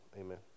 Amen